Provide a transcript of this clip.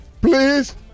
Please